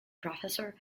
professor